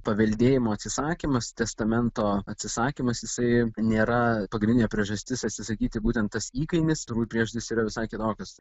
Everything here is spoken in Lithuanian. paveldėjimo atsisakymas testamento atsisakymas jisai nėra pagrindinė priežastis atsisakyti būtent tas įkainis turbūt priežastys yra visai kitokios